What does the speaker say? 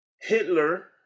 Hitler